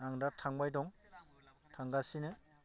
आं दा थांबाय दं थांगासिनो